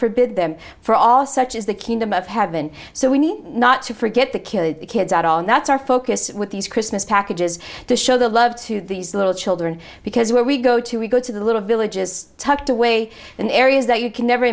forbid them for all such is the kingdom of heaven so we need not to forget the killing kids at all and that's our focus with these christmas packages to show their love to these little children because where we go to we go to the little villages tucked away in areas that you can never